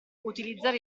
utilizzare